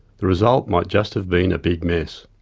the result might just have been a big mess.